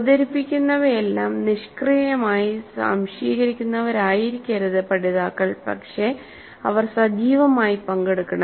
അവതരിപ്പിക്കുന്നവയെല്ലാം നിഷ്ക്രിയമായി സ്വാംശീകരിക്കുന്നവരായിരിക്കരുത് പഠിതാക്കൾ പക്ഷേ അവർ സജീവമായി പങ്കെടുക്കണം